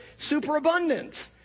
superabundance